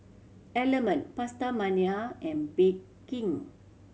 Element PastaMania and Bake King